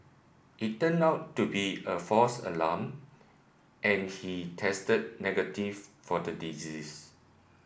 it turned out to be a false alarm and he tested negative for the disease